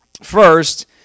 first